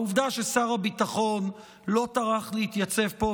העובדה ששר הביטחון לא טרח להתייצב פה,